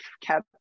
kept